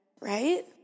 right